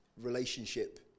relationship